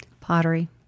Pottery